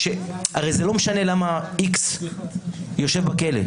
הרי זה לא משנה למה X יושב בכלא.